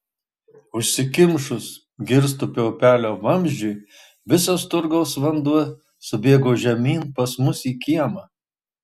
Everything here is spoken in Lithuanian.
užsikimšus girstupio upelio vamzdžiui visas turgaus vanduo subėgo žemyn pas mus į kiemą